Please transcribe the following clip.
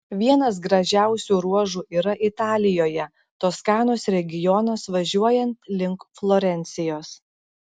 vienas gražiausių ruožų yra italijoje toskanos regionas važiuojant link florencijos